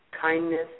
kindness